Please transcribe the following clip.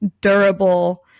durable